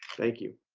thank you